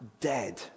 dead